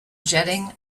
jetting